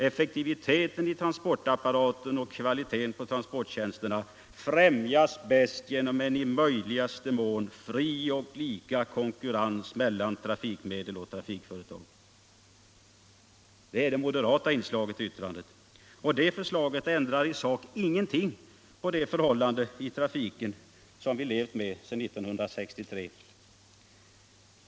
Effektiviteten i transportapparaten och kvaliteten på transporttjänsterna torde sålunda främjas bäst genom en med tillbörligt beaktande av dessa aspekter i möjligaste mån fri och lika konkurrens mellan trafikmedel och trafikföretag.” Det är det moderata inslaget i yttrandet, och det förslaget ändrar i sak ingenting på det förhållande i trafiken som vi har levt med sedan 1963.